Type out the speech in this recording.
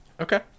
Okay